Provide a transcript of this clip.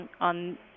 on